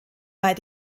bei